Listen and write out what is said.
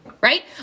Right